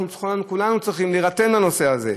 אנחנו כולנו צריכים להירתם לנושא הזה.